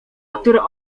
które